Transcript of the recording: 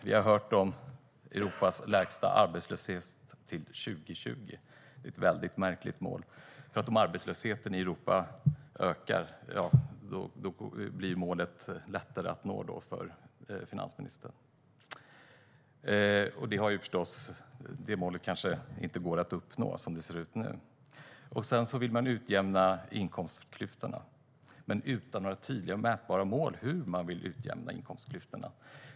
Vi har hört om Europas lägsta arbetslöshet fram till 2020. Det är ett väldigt märkligt mål, för om arbetslösheten i Europa ökar blir målet lättare att nå för finansministern. Och som det ser ut nu går målet kanske inte att uppnå. Sedan vill man utjämna inkomstklyftorna, men utan några tydliga, mätbara mål för hur man vill göra det.